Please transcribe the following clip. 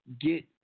get